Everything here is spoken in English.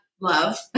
love